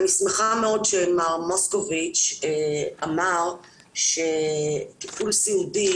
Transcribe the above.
אני שמחה מאוד שמר מוסקוביץ' אמר שטיפול סיעודי